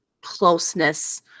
closeness